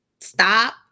stop